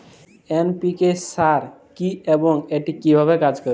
NPK সার কি এবং এটি কিভাবে কাজ করে?